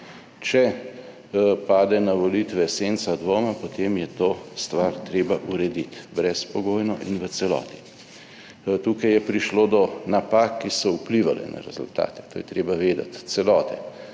Če pade na volitve senca dvoma, potem je to stvar treba urediti brezpogojno in v celoti. Tukaj je prišlo do napak, ki so vplivale na rezultate. To je treba vedeti. Celote.